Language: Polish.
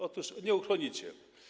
Otóż nie uchronicie.